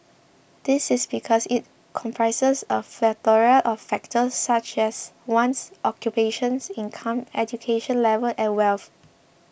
this is because it comprises a plethora of factors such as one's occupation income education level and wealth